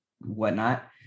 whatnot